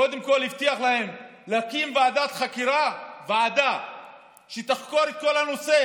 קודם כול הבטיח להם להקים ועדת חקירה שתחקור את כל הנושא